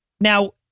Now